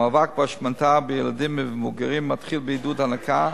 המאבק בהשמנה בילדים ומבוגרים מתחיל בעידוד ההנקה,